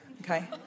Okay